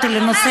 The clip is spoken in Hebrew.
לי שמקשיבים.